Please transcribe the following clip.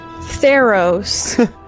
Theros